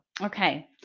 okay